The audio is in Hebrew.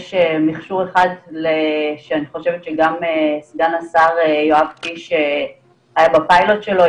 יש מכשור אחד שאני חושבת שגם סגן השר יואב קיש היה בפיילוט שלו,